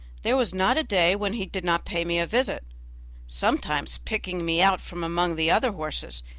there was not a day when he did not pay me a visit sometimes picking me out from among the other horses,